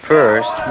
First